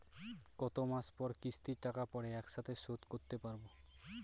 কত মাস পর কিস্তির টাকা পড়ে একসাথে শোধ করতে পারবো?